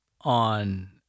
on